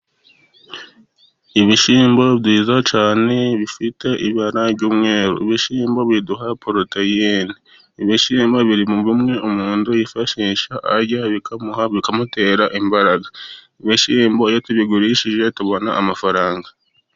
Ibishyimbo byiza cyane bifite ibara ry'umweru. Ibishyimbo biduha poroteyine. Ibishyimbo biri muri bimwe umuntu yifashisha, arya bikamutera imbaraga. Ibishyimbo iyo tubigurishije tubona amafaranga.